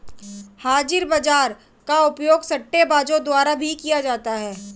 हाजिर बाजार का उपयोग सट्टेबाजों द्वारा भी किया जाता है